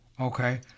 Okay